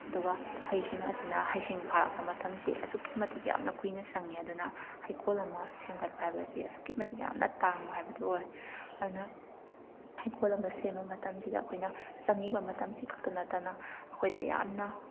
ꯑꯗꯨꯒ ꯍꯩꯁꯤꯡ ꯑꯁꯤꯅ ꯍꯩꯁꯤꯡ ꯊꯥꯔꯛꯄ ꯃꯇꯝꯁꯤ ꯑꯁꯨꯛꯀꯤ ꯃꯇꯤꯛ ꯌꯥꯝꯅ ꯀꯨꯏꯅ ꯆꯪꯉꯤ ꯑꯗꯨꯅ ꯍꯩꯀꯣꯜ ꯑꯃ ꯁꯦꯝꯒꯠꯄ ꯍꯥꯏꯕꯁꯤ ꯑꯁꯨꯛꯀꯤ ꯃꯇꯤꯛ ꯌꯥꯝꯅ ꯇꯥꯡꯕ ꯍꯥꯏꯕꯗꯨ ꯑꯣꯏ ꯑꯗꯨꯅ ꯍꯩꯀꯣꯜ ꯑꯃ ꯁꯦꯝꯕ ꯃꯇꯝꯁꯤꯗ ꯑꯩꯈꯣꯏꯅ ꯆꯪꯉꯤꯕ ꯃꯇꯝꯁꯤ ꯈꯛꯇ ꯅꯠꯇꯅ ꯑꯩꯈꯣꯏꯗ ꯌꯥꯝꯅ